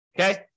Okay